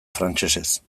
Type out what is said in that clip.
frantsesez